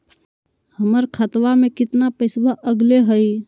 हमर खतवा में कितना पैसवा अगले हई?